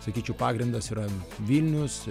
sakyčiau pagrindas yra vilnius